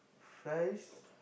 fries